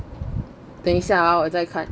等一下我在看